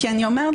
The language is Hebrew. כי אני אומרת,